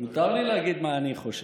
מותר לי להגיד מה אני חושב.